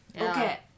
Okay